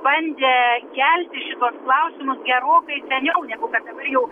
bandė kelti šituos klausimus gerokai seniau negu kad dabar jau